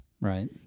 Right